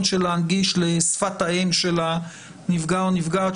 של להנגיש לשפת האם של הנפגע או הנפגעת,